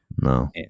No